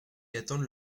attendent